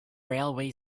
railway